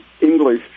English